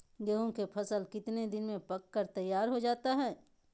गेंहू के फसल कितने दिन में पक कर तैयार हो जाता है